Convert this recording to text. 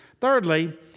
Thirdly